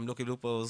כולנו יודעים למה.